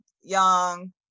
young